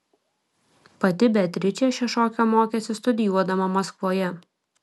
pati beatričė šio šokio mokėsi studijuodama maskvoje